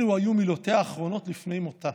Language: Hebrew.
אלו היו מילותיה האחרונות לפני מותה.